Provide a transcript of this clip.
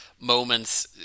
Moments